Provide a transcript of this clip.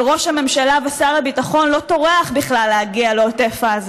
אבל ראש הממשלה ושר הביטחון לא טורח בכלל להגיע לעוטף עזה.